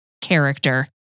character